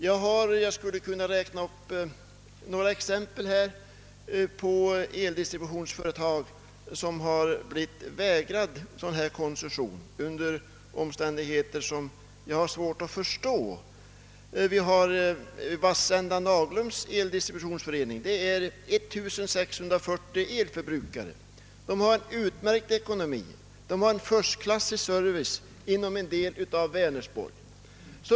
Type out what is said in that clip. Jag kan ge några exempel på eldistributionsföretag som vägrats koncession under omständigheter som gör detta svårförståeligt trots att de uppfyllt alla dessa krav. Jag tar Vassända Naglums distributionsförening med 1640 elförbrukare. Föreningen har utmärkt ekonomi och förstklassig service inom en del av Vänersborgs stad.